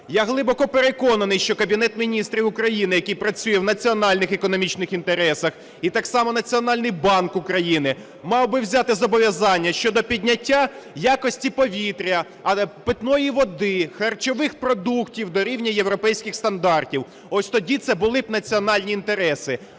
Я глибоко переконаний, що Кабінет Міністрів України, який працює в національних економічних інтересах, і так само Національний банк України, мав би взяти зобов'язання щодо підняття якості повітря, питної води, харчових продуктів до рівня європейських стандартів. Ось тоді це були б національні інтереси.